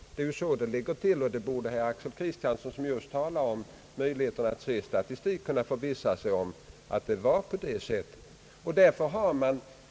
Att det är så det ligger till borde herr Axel Kristiansson, som just talar om möjligheten att ta del av statistik, kunna förvissa sig om. Här har man.